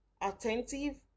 attentive